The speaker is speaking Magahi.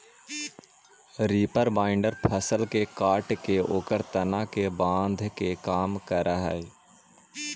रीपर बाइन्डर फसल के काटके ओकर तना के बाँधे के काम करऽ हई